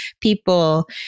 people